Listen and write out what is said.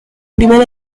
primer